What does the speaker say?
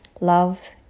love